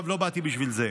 לא באתי בשביל זה.